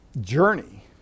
journey